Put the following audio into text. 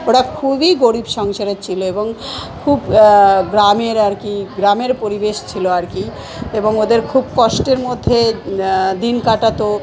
ওরা খুবই গরিব সংসারের ছিল এবং খুব গ্রামের আর কি গ্রামের পরিবেশ ছিল আর কি এবং ওদের খুব কষ্টের মধ্যে দিন কাটাতো